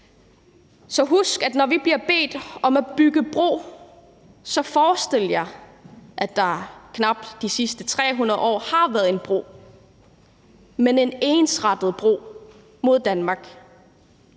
fremtid. Når vi bliver bedt om at bygge bro, så forestil jer, at der knap de sidste 300 år har været en bro, men en ensrettet bro mod Danmark.